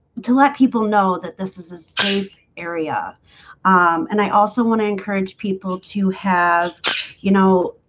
to let people know that this is a safe area and i also want to encourage people to have you know